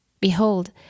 Behold